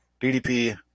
DDP